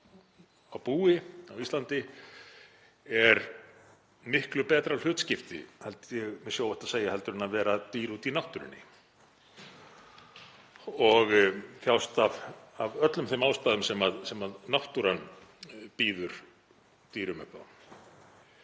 á búi á Íslandi er miklu betra hlutskipti, held ég að mér sé óhætt að segja, heldur en að vera dýr úti í náttúrunni og þjást af öllum þeim ástæðum sem náttúran býður dýrum upp á.